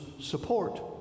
support